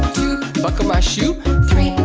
buckle my shoe three,